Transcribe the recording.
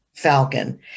Falcon